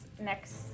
next